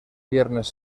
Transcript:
viernes